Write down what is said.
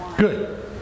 Good